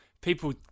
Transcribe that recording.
people